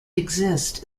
exist